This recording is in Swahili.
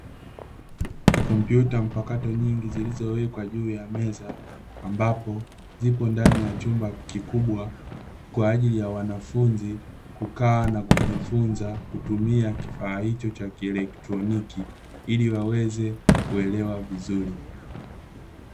Kompyuta mpakato nyingi zilizowekwa juu ya meza, ambapo zipo ndani ya chumba kikubwa kwa ajili ya wanafunzi kukaa na kujifunza kutumia kifaa hicho cha kielektroniki ili waweze kuelewa vizuri.